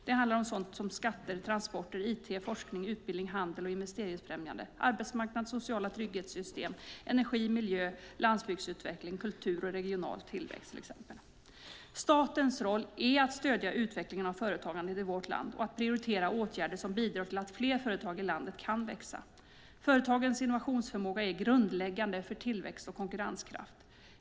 Det handlar om sådant som till exempel skatter, transporter, it, forskning, utbildning, handels och investeringsfrämjande, arbetsmarknad, sociala trygghetssystem, energi, miljö, landsbygdsutveckling, kultur och regional tillväxt. Statens roll är att stödja utvecklingen av företagandet i vårt land och att prioritera åtgärder som bidrar till att fler företag i landet kan växa. Företagens innovationsförmåga är grundläggande för tillväxt och konkurrenskraft.